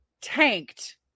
tanked